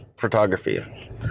photography